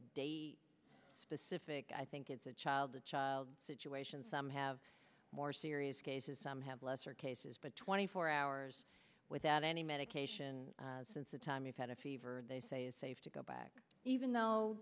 date specific i think it's a child a child situation some have more serious cases some have lesser cases but twenty four hours without any medication since the time you've had a fever they say is safe to go back even though